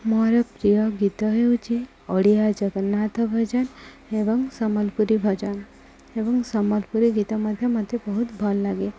ମୋର ପ୍ରିୟ ଗୀତ ହେଉଛି ଓଡ଼ିଆ ଜଗନ୍ନାଥ ଭଜନ ଏବଂ ସମ୍ବଲପୁରୀ ଭଜନ ଏବଂ ସମ୍ବଲପୁରୀ ଗୀତ ମଧ୍ୟ ମୋତେ ବହୁତ ଭଲ ଲାଗେ